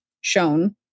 shown